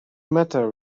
matter